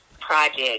project